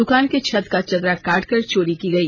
दुकान के छत का चदरा काट कर चोरी की गई